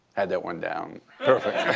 had that one down perfect.